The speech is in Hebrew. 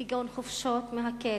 כגון חופשות מהכלא,